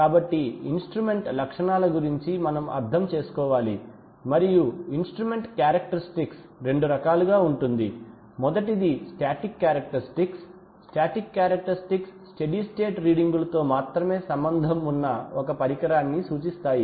కాబట్టి ఇన్స్ట్రుమెంట్ లక్షణాల గురించి మనం అర్థం చేసుకోవాలి మరియు ఇన్స్ట్రుమెంట్ క్యారెక్టరిస్టిక్స్ రెండు రకాలుగా ఉంటుంది మొదటిది static characteristics static characteristics steady state రీడింగులతో మాత్రమే సంబంధం ఉన్న ఒక పరికరాన్ని సూచిస్తాయి